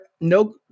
no